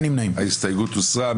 הצבעה ההסתייגות לא התקבלה.